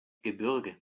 gebirge